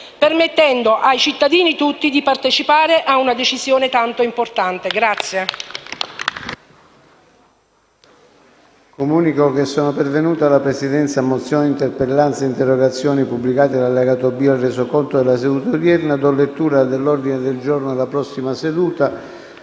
permettendo ai cittadini tutti di partecipare a una decisione tanto importante.